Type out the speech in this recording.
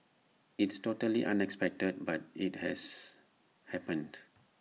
it's totally unexpected but IT has happened